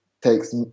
takes